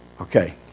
Okay